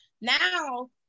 Now